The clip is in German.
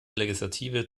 legislative